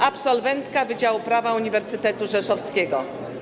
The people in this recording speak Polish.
Absolwentka wydziału prawa Uniwersytetu Rzeszowskiego.